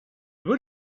would